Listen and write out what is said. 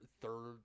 third